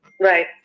Right